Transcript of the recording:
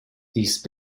these